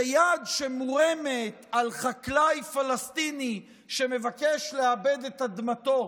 שיד שמורמת על חקלאי פלסטיני שמבקש לעבד את אדמתו